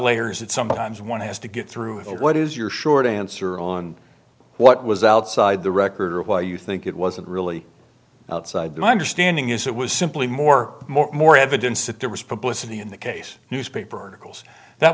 layers that sometimes one has to get through what is your short answer on what was outside the record or why you think it wasn't really outside my understanding is it was simply more more more evidence that there was publicity in the case newspaper articles that